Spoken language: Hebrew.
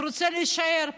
הוא רוצה להישאר פה.